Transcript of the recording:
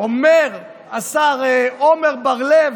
השר עמר בר לב